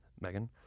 Megan